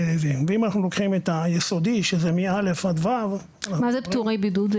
אם אנחנו לוקחים את היסודי שזה מ-א' עד ו' -- מה זה פטורי בידוד?